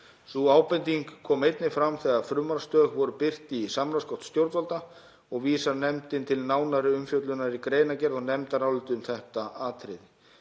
Sú ábending kom einnig fram þegar frumvarpsdrög voru birt í samráðsgátt stjórnvalda og vísar nefndin til nánari umfjöllunar í greinargerð og nefndaráliti um þetta atriði.